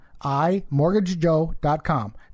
imortgagejoe.com